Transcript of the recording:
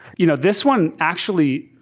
you know this one, actually,